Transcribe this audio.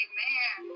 Amen